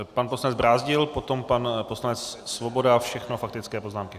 Pan poslanec Brázdil, potom pan poslanec Svoboda, všechno faktické poznámky.